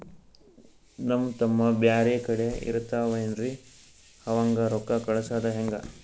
ನಮ್ ತಮ್ಮ ಬ್ಯಾರೆ ಕಡೆ ಇರತಾವೇನ್ರಿ ಅವಂಗ ರೋಕ್ಕ ಕಳಸದ ಹೆಂಗ?